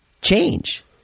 change